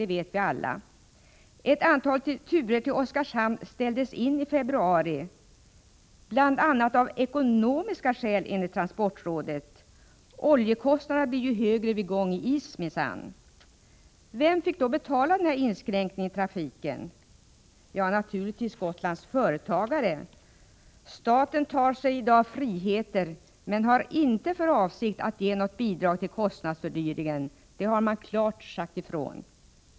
Ett antal turer till Oskarshamn ställdes in i februari, enligt transportrådet bl.a. av ekonomiska skäl. Oljekostnaderna blir högre vid gång i is, minsann. Vem fick då betala den inskränkningen i trafiken? Naturligtvis Gotlands företagare. Staten tar sig i dag friheter, men har inte för avsikt att ta något ansvar för kostnadsfördyringen — det har man klart sagt ifrån.